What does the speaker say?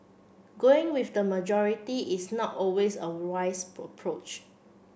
going with the majority is not always a wise